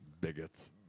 Bigots